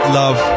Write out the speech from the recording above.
love